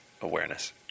awareness